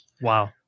Wow